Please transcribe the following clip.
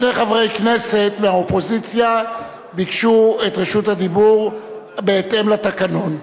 שני חברי כנסת מהאופוזיציה ביקשו את רשות הדיבור בהתאם לתקנון,